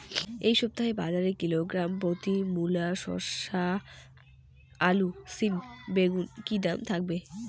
এই সপ্তাহে বাজারে কিলোগ্রাম প্রতি মূলা শসা আলু সিম বেগুনের কী দাম থাকবে?